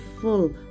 full